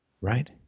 Right